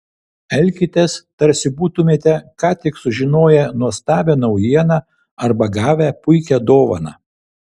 elkitės tarsi būtumėte ką tik sužinoję nuostabią naujieną arba gavę puikią dovaną